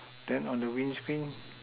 then on the wind screen